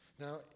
Now